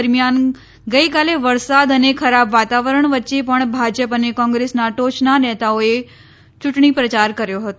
દરમિયાન ગઇકાલે વરસાદ અને ખરાબ વાતાવરણ વચ્ચે પણ ભાજપ અને કોંગ્રેસના ટોચના નેતાઓએ ચુંટણી પ્રચાર કર્યો હતો